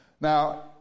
Now